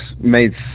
made